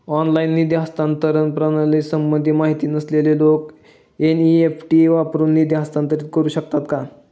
Online निधी हस्तांतरण प्रणालीसंबंधी माहिती नसलेले लोक एन.इ.एफ.टी वरून निधी हस्तांतरण करू शकतात का?